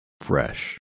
fresh